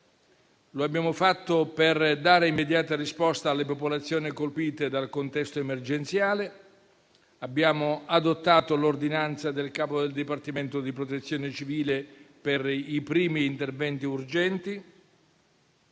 Lo abbiamo fatto per dare immediata risposta alle popolazioni colpite dal contesto emergenziale. Abbiamo adottato l'ordinanza del capo del Dipartimento della protezione civile per i primi interventi urgenti,